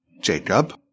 Jacob